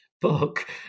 book